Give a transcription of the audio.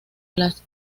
las